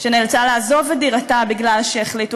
שנאלצה לעזוב את דירתה בגלל שהחליטו